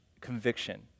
conviction